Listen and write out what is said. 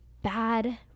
bad